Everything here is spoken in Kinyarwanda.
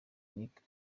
nic